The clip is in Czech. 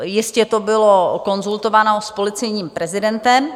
Jistě to bylo konzultováno s policejním prezidentem.